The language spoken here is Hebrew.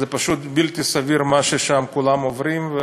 זה פשוט בלתי סביר מה ששם כולם עוברים.